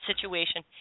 situation